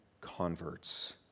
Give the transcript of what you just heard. converts